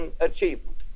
achievement